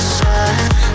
side